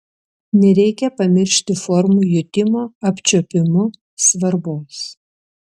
nereikia pamiršti formų jutimo apčiuopimu svarbos